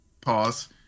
Pause